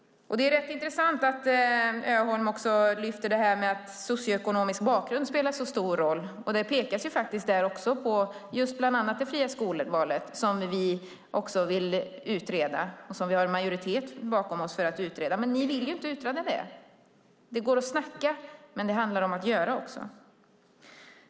Det är rätt intressant att Öholm lyfter fram att socioekonomisk bakgrund spelar så stor roll. Det pekas där på bland annat det fria skolvalet. Det är något som vi vill utreda och har en majoritet bakom oss för att utreda. Men ni vill inte utreda det. Det går att snacka, men det handlar också om att göra.